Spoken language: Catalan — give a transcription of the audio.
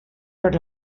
per